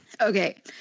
Okay